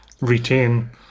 retain